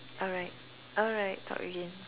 alright alright talk again